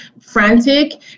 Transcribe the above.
frantic